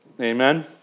Amen